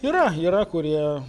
yra yra kurie